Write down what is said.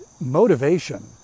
motivation